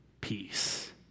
peace